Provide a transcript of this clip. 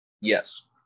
Yes